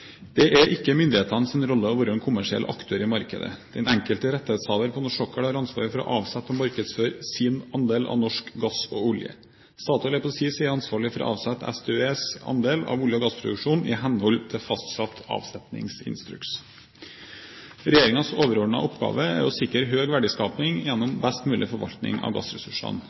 Det er ikke myndighetenes rolle å være en kommersiell aktør i markedet. Den enkelte rettighetshaver på norsk sokkel har ansvar for å avsette og markedsføre sin andel av norsk gass og olje. Statoil er på sin side ansvarlig for å avsette SDØEs andel av olje- og gassproduksjonen i henhold til fastsatt avsetningsinstruks. Regjeringens overordnede oppgave er å sikre høy verdiskaping gjennom best mulig forvaltning av gassressursene.